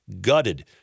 gutted